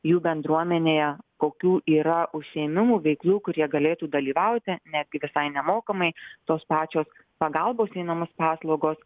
jų bendruomenėje kokių yra užsiėmimų veiklų kur jie galėtų dalyvauti netgi visai nemokamai tos pačios pagalbos į namus paslaugos